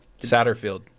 Satterfield